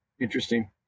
Interesting